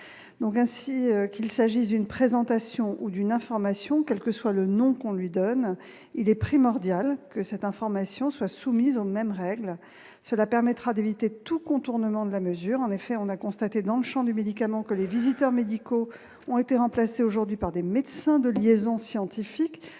donc ainsi qu'il s'agisse d'une présentation ou d'une information, quel que soit le nom qu'on lui donne, il est primordial que cette information soit soumise aux mêmes règles, cela permettra d'éviter tout contournement de la mesure, en effet, on a constaté dans le Champ du médicament que les visiteurs médicaux ont été remplacés aujourd'hui par des médecins de liaison scientifique